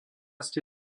ste